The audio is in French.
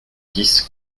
dix